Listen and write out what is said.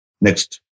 Next